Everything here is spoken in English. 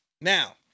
Now